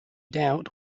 doubt